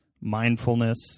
mindfulness